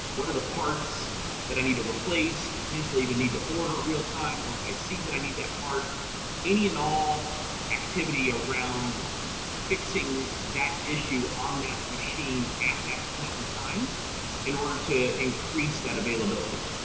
what are the parts that i need to replace potentially even need to order real time once i see that i need that part any and all activity around fixing that issue on that machine at that point in time in order to increase that availability.